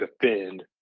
defend